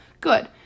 Good